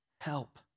help